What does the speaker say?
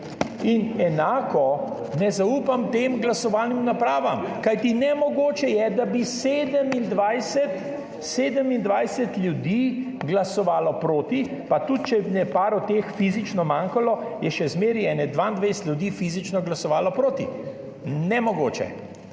In enako ne zaupam tem glasovalnim napravam! Kajti nemogoče je, da bi 27 ljudi glasovalo proti. Pa tudi če jih je nekaj od teh fizično manjkalo, je še zmeraj kakšnih 22 ljudi fizično glasovalo proti. Nemogoče.